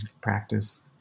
practice